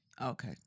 Okay